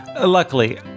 Luckily